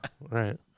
right